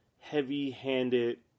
heavy-handed